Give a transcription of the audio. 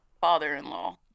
father-in-law